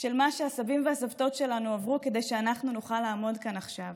של מה שהסבים והסבתות שלנו עברו כדי שאנחנו נוכל לעמוד כאן עכשיו.